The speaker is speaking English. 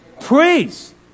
Praise